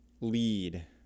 lead